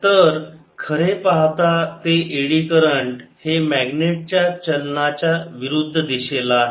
तर खरे पाहता ते एडी करंट हे मॅग्नेट च्या चलनाच्या विरुद्ध दिशेला आहे